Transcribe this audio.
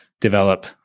develop